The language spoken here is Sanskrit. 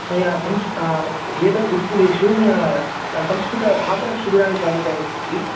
मया वेदगुरुकुलेषु मया संस्कृतभाषणशिबिराणि चालितानि सन्ति